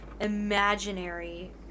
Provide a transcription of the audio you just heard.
imaginary